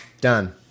Done